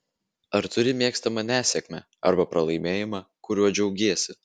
ar turi mėgstamą nesėkmę arba pralaimėjimą kuriuo džiaugiesi